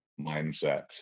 mindset